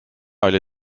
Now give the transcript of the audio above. oli